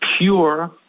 pure